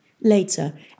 Later